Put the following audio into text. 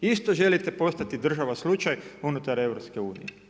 Isto želite postati država slučaj unutar EU.